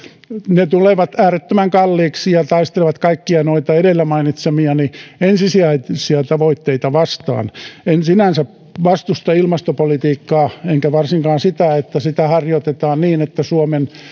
ne tulevat äärettömän kalliiksi ja taistelevat kaikkia noita edellä mainitsemiani ensisijaisia tavoitteita vastaan en sinänsä vastusta ilmastopolitiikkaa enkä varsinkaan sitä että sitä harjoitetaan niin että suomen